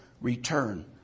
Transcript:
return